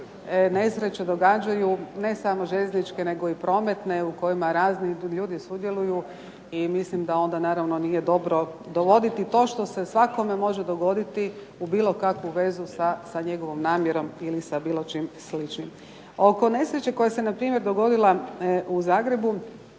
nesreće događaju, ne samo željezničke nego i prometne u kojima razni ljudi sudjeluju i mislim naravno da onda nije dobro dovoditi to što se svakome može dogoditi u bilo kakvu vezu sa njegovom namjerom ili sa bilo čim sličnim. Oko nesreće koja se dogodila u Zagrebu